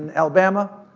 and alabama.